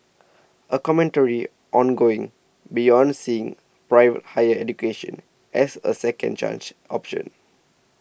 a commentary on going beyond seeing private higher education as a second chance option